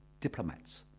diplomats